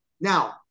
Now